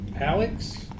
Alex